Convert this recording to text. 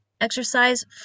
exercise